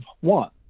one